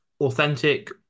authentic